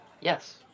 Yes